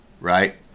right